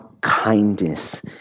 kindness